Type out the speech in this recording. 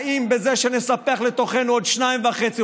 האם בזה שנספח לתוכנו עוד 2.5,